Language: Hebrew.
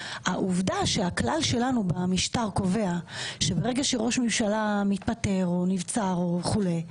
העובדה שהכלל שלנו במשטר קובע שברגע שראש ממשלה מתפטר או נבצר או חולה,